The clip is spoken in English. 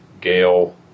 Gail